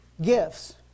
Gifts